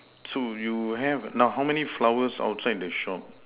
so you have now how many flowers outside the shop